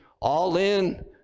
all-in